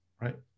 right